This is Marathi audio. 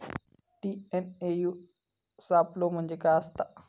टी.एन.ए.यू सापलो म्हणजे काय असतां?